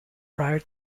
prior